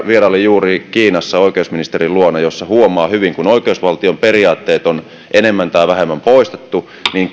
vierailin juuri kiinassa oikeusministerin luona jossa huomaa hyvin että kun oikeusvaltion periaatteet on enemmän tai vähemmän poistettu niin